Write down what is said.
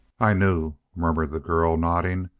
i knew, murmured the girl, nodding.